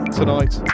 tonight